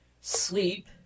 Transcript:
Sleep